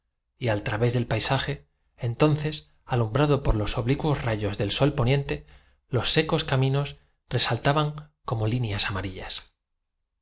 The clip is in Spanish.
y al través del paisaje entonces alumbrado por los oblicuos rayos del noche y presumiendo que emplearían mucho tiempo en encontrar a sol poniente los secos caminos resaltaban como líneas amarillas